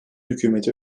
hükümeti